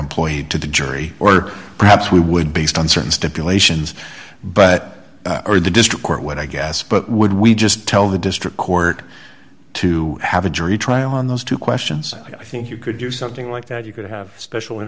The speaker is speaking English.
employee to the jury or perhaps we would based on certain stipulations but or the district court what i guess but would we just tell the district court to have a jury trial on those two questions i think you could do something like that you could have special